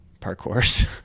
parkour